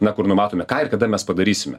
na kur numatome ką ir kada mes padarysime